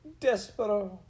Despero